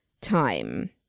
time